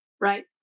right